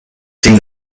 see